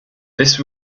this